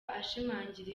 ashimangira